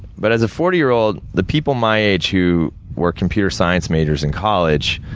but, as a forty year old, the people my age who were computer science majors in college,